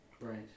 Right